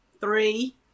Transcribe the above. three